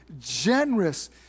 generous